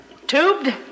Tubed